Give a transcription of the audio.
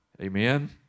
Amen